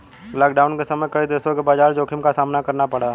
lockdown के समय कई देशों को बाजार जोखिम का सामना करना पड़ा था